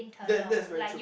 that that very true